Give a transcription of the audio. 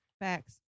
Facts